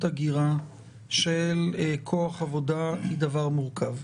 הגירה של כוח עבודה היא דבר מורכב.